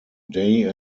day